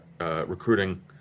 recruiting